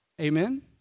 amen